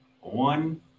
One